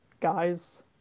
guys